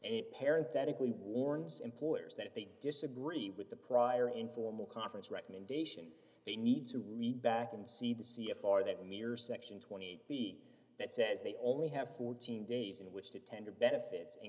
and parent that equally warns employers that if they disagree with the prior informal conference recommendation they need to read back and see the c f r that near section twenty b that says they only have fourteen days in which to tender benefits